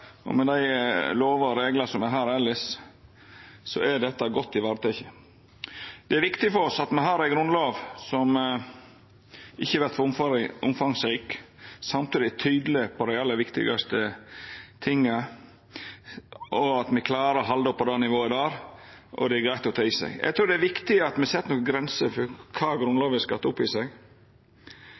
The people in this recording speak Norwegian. og med dei lovene og reglane som me har elles, er dette godt vareteke. Det er viktig for oss at me har ei grunnlov som ikkje vert for omfangsrik, men som samtidig er tydeleg på det aller viktigaste, og at me klarar å halda ho på dette nivået. Det er greitt å ta med seg. Eg trur det er viktig at me set nokre grensar for kva Grunnlova skal ta opp i seg.